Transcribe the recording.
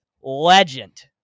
legend